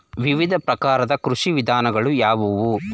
ವಿವಿಧ ಪ್ರಕಾರದ ಕೃಷಿ ವಿಧಾನಗಳು ಯಾವುವು?